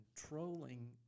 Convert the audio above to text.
controlling